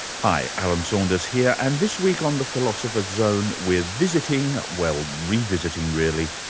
hi, alan saunders here and this week on the philosopher's zone, we're visiting, well re-visiting really,